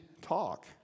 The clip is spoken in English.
talk